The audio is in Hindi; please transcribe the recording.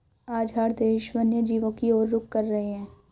आज हर देश वन्य जीवों की और रुख कर रहे हैं